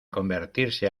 convertirse